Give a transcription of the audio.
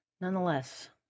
nonetheless